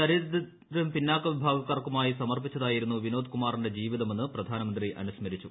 ദരിദ്രരും പിന്നാക്ക വൃഭ്യ്ക്കാർക്കുമായി സമർപ്പിച്ചതായിരുന്നു വിനോദ്കുമാറിന്റെ ജീവിതമെന്ന് പ്രധാനമന്ത്രി അനുസ്മരിച്ചു